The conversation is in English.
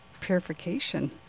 purification